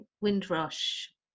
Windrush